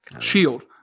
Shield